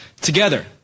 Together